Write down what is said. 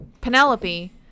Penelope